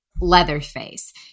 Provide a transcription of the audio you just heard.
Leatherface